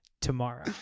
tomorrow